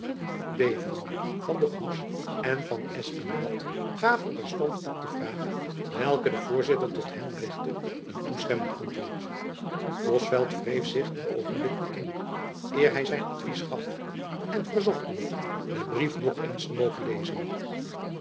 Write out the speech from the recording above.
beveren van der goes en van espenblad gaven terstond op de vraag welke de voorzitter tot hen richtte een toestemmend antwoord bosveldt wreef zich een oogenblik de kin eer hy zijn advies gaf en verzocht toen den brief nog eens te mogen lezen